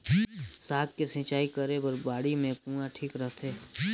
साग के सिंचाई करे बर बाड़ी मे कुआँ ठीक रहथे?